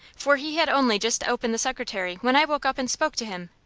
for he had only just opened the secretary when i woke up and spoke to him.